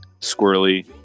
squirrely